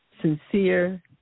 sincere